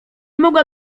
mogła